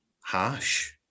harsh